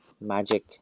magic